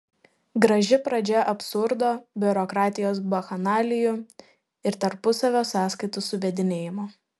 graži pradžia absurdo biurokratijos bakchanalijų ir tarpusavio sąskaitų suvedinėjimo